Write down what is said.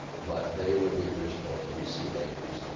but they were the original nbc anchors.